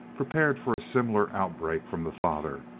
prepared for a similar outbreak from the father,